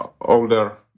older